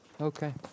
Okay